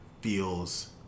feels